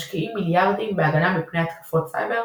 משקיעים מיליארדים בהגנה מפני התקפות סייבר?